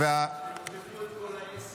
אתם תמוטטו את כל העסק.